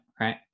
right